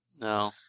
No